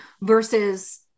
versus